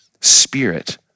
spirit